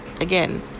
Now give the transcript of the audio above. again